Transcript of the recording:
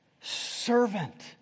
servant